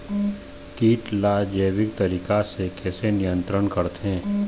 कीट ला जैविक तरीका से कैसे नियंत्रण करथे?